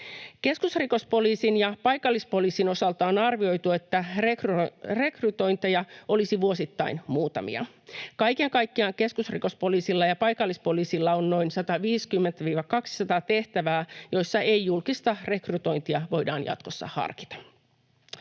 Keskusrikospoliisin ja paikallispoliisin osalta on arvioitu, että rekrytointeja olisi vuosittain muutamia. Kaiken kaikkiaan keskusrikospoliisilla ja paikallispoliisilla on noin 150—200 tehtävää, joissa ei-julkista rekrytointia voidaan jatkossa harkita.